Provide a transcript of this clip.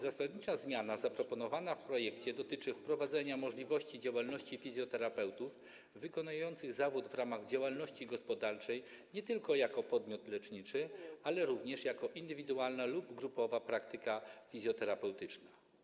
Zasadnicza zmiana zaproponowana w projekcie dotyczy wprowadzenia możliwości działalności fizjoterapeutów wykonujących zawód w ramach działalności gospodarczej nie tylko jako podmiot leczniczy, ale również jako indywidualna lub grupowa praktyka fizjoterapeutyczna.